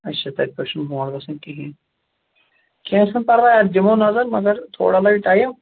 اچھا تَتہِ پیٚٹھ چھُنہٕ بۄن وَسان کِہیٖنٛۍ کیٚنٛہہ چھُنہٕ پرواے اَتھ دِمو نَظر مَگر تھوڑا لَگہِ ٹایِم